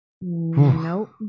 Nope